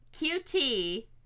QT